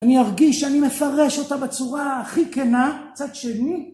אני ארגיש שאני מפרש אותה בצורה הכי כנה. מצד שני.